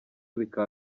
bikaba